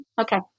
Okay